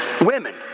women